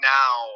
now